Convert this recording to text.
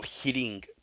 hitting